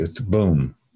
Boom